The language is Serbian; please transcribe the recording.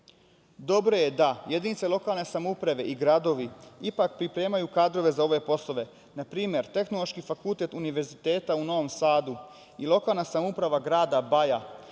buke. Dobro je da jedinice lokalne samouprave i gradovi ipak pripremaju kadrove za ove poslove. Na primer Tehnološki fakultet Univerziteta u Novom Sadu i lokalna samouprava grada Baja